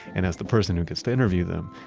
and as the person who gets to interview them,